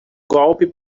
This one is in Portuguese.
golpe